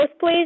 please